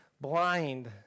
blind